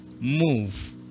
move